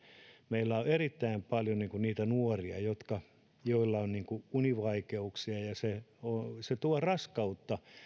meillä on erittäin paljon niitä nuoria joilla on univaikeuksia ja se tuo raskautta